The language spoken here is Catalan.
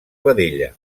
vedella